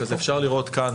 אפשר לראות פה